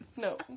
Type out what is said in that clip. No